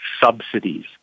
subsidies